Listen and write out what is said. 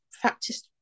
practice